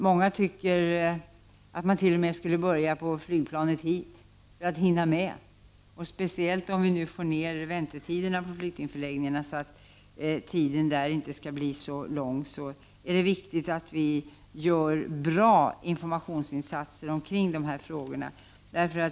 Många tycker t.o.m. att man skulle börja på flygplanet hit för att hinna klara uppgiften. Speciellt om vi nu får ned väntetiderna i flyktingförläggningarna är det viktigt att vi gör bra informationssatsningar i dessa frågor.